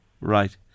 Right